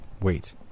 wait